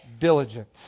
diligence